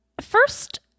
first